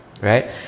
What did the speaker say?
right